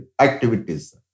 activities